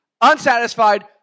Unsatisfied